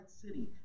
city